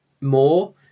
more